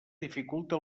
dificulta